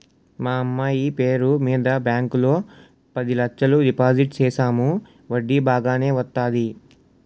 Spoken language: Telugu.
మా అమ్మాయి పేరు మీద బ్యాంకు లో పది లచ్చలు డిపోజిట్ సేసాము వడ్డీ బాగానే వత్తాది